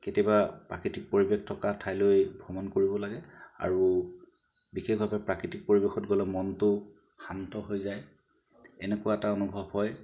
কেতিয়াবা প্ৰাকৃতিক পৰিৱেশ থকা ঠাইলৈ ভ্ৰমণ কৰিব লাগে আৰু বিশেষভাৱে প্ৰাকৃতিক পৰিৱেশত গ'লে মনটো শান্ত হৈ যায় এনেকুৱা এটা অনুভৱ হয়